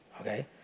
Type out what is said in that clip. Okay